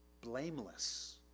blameless